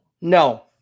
No